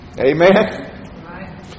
Amen